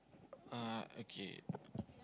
uh okay